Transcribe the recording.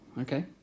Okay